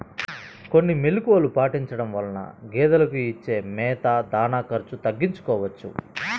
కొన్ని మెలుకువలు పాటించడం వలన గేదెలకు ఇచ్చే మేత, దాణా ఖర్చు తగ్గించుకోవచ్చును